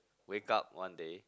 wake up one day